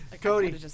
Cody